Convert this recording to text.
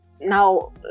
now